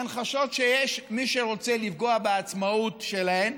הן חשות שיש מי שרוצה לפגוע בעצמאות שלהן.